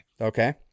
Okay